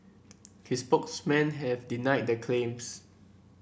his spokesmen have denied the claims